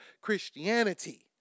Christianity